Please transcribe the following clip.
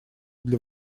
для